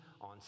on